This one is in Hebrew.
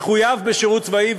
יחויב בשירות צבאי,